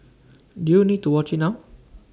do you need to watch IT now